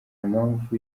mpamvu